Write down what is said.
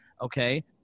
okay